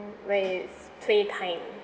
when it's playtime